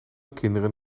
kinderen